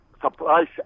surprise